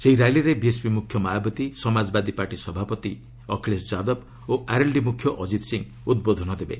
ସେହି ର୍ୟାଲିରେ ବିଏସ୍ପି ମୁଖ୍ୟ ମାୟାବତୀ ସମାଜବାଦୀ ପାର୍ଟି ସଭାପାତି ଅଖିଳେଶ ଯାଦବ ଓ ଆର୍ଏଲ୍ଡି ମୁଖ୍ୟ ଅଜିତ୍ ସିଂହ ଉଦ୍ବୋଧନ ଦେବେ